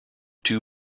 two